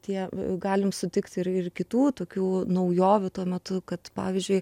tie galim sutikti ir ir kitų tokių naujovių tuo metu kad pavyzdžiui